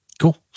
cool